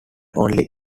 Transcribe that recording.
only